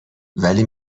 ولی